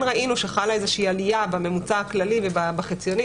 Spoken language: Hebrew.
כן ראינו שחלה איזושהי עלייה בממוצע הכללי ובחציוני,